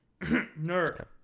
Nerd